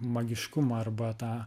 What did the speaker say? magiškumą arba tą